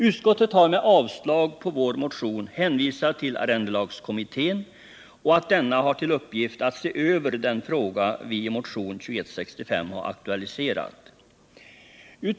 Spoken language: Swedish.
Utskottet har, med avstyrkande av vår motion, hänvisat till arrendelagskommittén och att denna har till uppgift att se över den fråga vi i motion 2165 aktualiserat.